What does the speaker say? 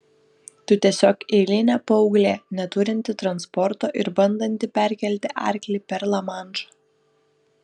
tu tiesiog eilinė paauglė neturinti transporto ir bandanti perkelti arklį per lamanšą